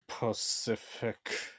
Pacific